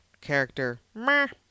character